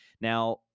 Now